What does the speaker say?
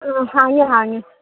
ꯑꯥ ꯍꯥꯡꯉꯤ ꯍꯥꯡꯉꯤ